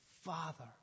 Father